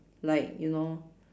like you know